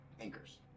anchors